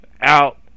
out